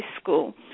school